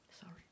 Sorry